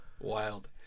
Wild